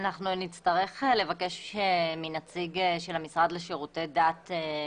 נציג השר וכן עובד הרשות המקומית שיהיה